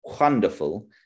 wonderful